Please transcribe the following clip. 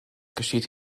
geschieht